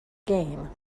game